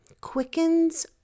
quickens